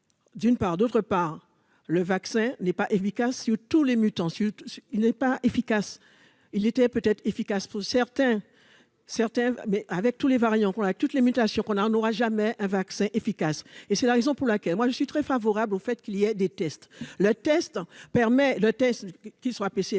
D'une part, d'autre part, le vaccin n'est pas efficace tous les mutants sud il n'est pas efficace il était peut être efficace pour certains, certains, mais avec tous les variants qu'on a toutes les mutations qu'on en aura jamais un vaccin efficace et c'est la raison pour laquelle, moi je suis très favorable au fait qu'il y ait des tests, le test permet le test qui sont PC,